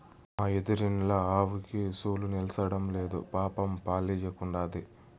మా ఎదురిండ్ల ఆవుకి చూలు నిల్సడంలేదు పాపం పాలియ్యకుండాది